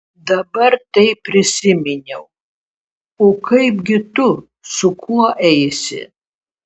dabar tai prisiminiau o kaipgi tu su kuo eisi